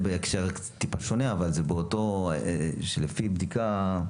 זה בהקשר טיפה שונה אבל לפי בדיקה,